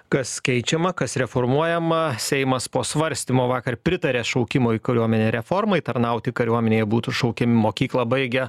kas keičiama kas reformuojama seimas po svarstymo vakar pritarė šaukimo į kariuomenę reformai tarnauti kariuomenėje būtų šaukiami mokyklą baigę